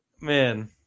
man